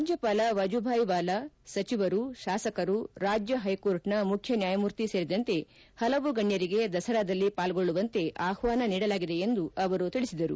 ರಾಜ್ಯಪಾಲ ವಜೂಭಾಯ್ ವಾಲಾ ಸಚಿವರು ಶಾಸಕರು ರಾಜ್ಯ ಪೈಕೋರ್ಟ್ನ ಮುಖ್ಯವ್ಯಾಯಮೂರ್ತಿ ಸೇರಿದಂತೆ ಪಲವು ಗಣ್ಯರಿಗೆ ದಸರಾದಲ್ಲಿ ಪಾಲ್ಗೊಳ್ಳುವಂತೆ ಆಪ್ವಾನ ನೀಡಲಾಗಿದೆ ಎಂದು ಅವರು ಹೇಳಿದರು